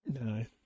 No